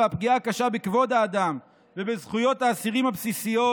והפגיעה הקשה בכבוד האדם ובזכויות האסירים הבסיסיות